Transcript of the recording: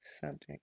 subject